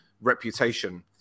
reputation